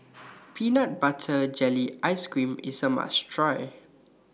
Peanut Butter Jelly Ice Cream IS A must Try